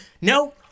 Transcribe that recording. No